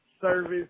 service